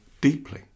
deeply